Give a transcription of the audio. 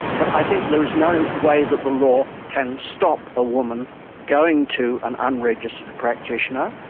but i think there is no way that the law can stop a woman going to an unregistered practitioner.